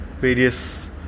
various